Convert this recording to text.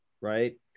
right